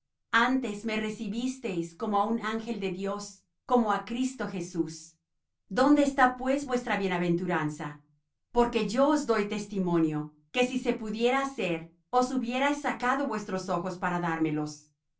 antes me recibisteis como á un ángel de dios como á cristo jesús dónde está pues vuestra bienaventuranza porque yo os doy testimonio que si se pudiera hacer os hubierais sacado vuestros ojos para dármelos